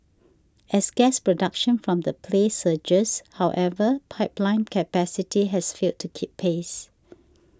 as gas production from the play surges however pipeline capacity has failed to keep pace